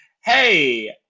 hey